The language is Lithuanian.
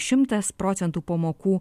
šimtas procentų pamokų